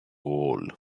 wall